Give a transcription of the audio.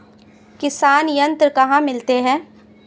किसान यंत्र कहाँ मिलते हैं?